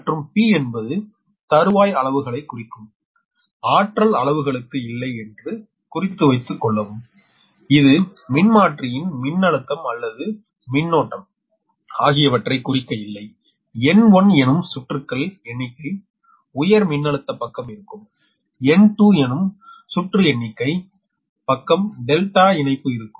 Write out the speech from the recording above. மற்றும் P என்பது தருவாய் அளவுகளை குறிக்கும் ஆற்றல் அளவுகளுக்கு இல்லை என்று குறித்துவைத்து கொள்ளவும் இது மின்மாற்றியின் மின்னழுத்தம் அல்லது மின்னோட்டம் ஆகியவற்றை குறிக்க இல்லை N1 எனும் சுற்றுக்கள் எண்ணிக்கை உயர் மின்னழுத்த பக்கம் இருக்கும் N2எனும் சுற்று எண்ணிக்கை பக்கம் டெல்டா இணைப்பு இருக்கும்